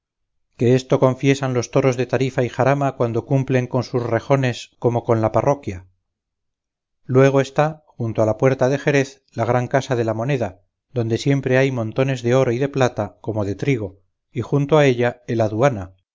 que esto confiesan los toros de tarifa y jarama cuando cumplen con sus rejones como con la parroquia luego está junto a la puerta de jerez la gran casa de la moneda donde siempre hay montones de oro y de plata como de trigo y junto a ella el aduana